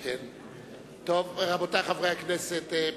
רבותי חברי הכנסת,